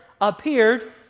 appeared